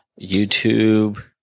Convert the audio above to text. YouTube